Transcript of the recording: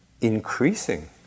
increasing